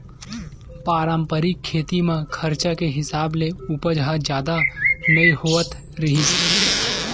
पारंपरिक खेती म खरचा के हिसाब ले उपज ह जादा नइ होवत रिहिस